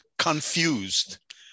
confused